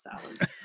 salads